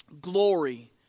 glory